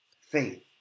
Faith